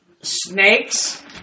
snakes